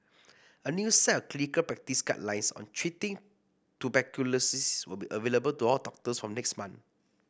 a new set of clinical practice guidelines on treating tuberculosis will be available to all doctors from next month